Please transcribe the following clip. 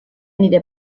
nire